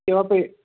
किमपि